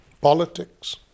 politics